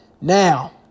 Now